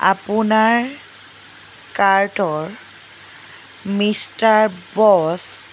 আপোনাৰ কাৰ্টৰ মিষ্টাৰ বছ